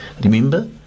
Remember